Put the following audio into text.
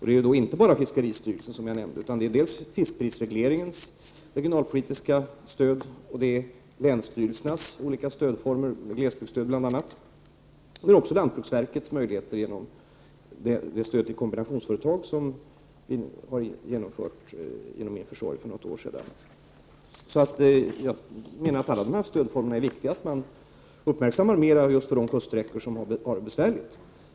Det rör sig inte bara om stödet från fiskeristyrelsen, utan också fiskeprisregleringens regionalpolitiska stöd, länsstyrelsernas olika stödformer, bl.a. glesbygdsstöd, och även lantbruksverkets möjlighet att ge stöd till kombinationsföretag — ett stöd som infördes genom min försorg för något år sedan. Jag menar att alla dessa stödformer är viktiga att beakta just för de kuststräckor där förhållandena är besvärliga.